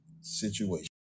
situation